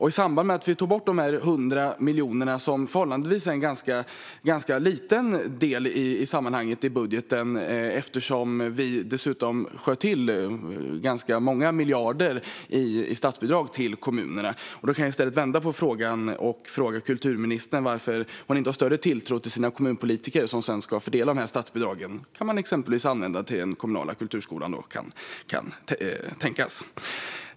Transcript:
I samband med att vi tog bort de här 100 miljonerna, som är en förhållandevis liten del i sammanhanget i budgeten, sköt vi till ganska många miljarder i statsbidrag till kommunerna. Då kan jag i stället vända på frågan och fråga kulturministern varför hon inte har större tilltro till de kommunpolitiker som sedan ska fördela de här statsbidragen. Man kan exempelvis använda dem till den kommunala kulturskolan. Det kan tänkas.